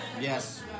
Yes